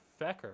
fecker